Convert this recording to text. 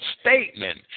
statement